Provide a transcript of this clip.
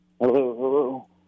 Hello